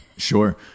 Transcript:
Sure